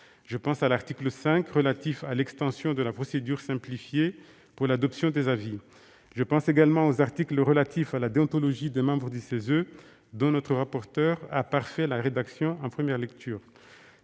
Je pense à l'article 5 relatif à l'extension de la procédure simplifiée pour l'adoption des avis. Je pense également aux articles relatifs à la déontologie des membres du CESE, dont notre rapporteure a parfait la rédaction en première lecture.